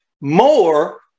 More